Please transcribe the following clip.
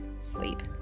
Sleep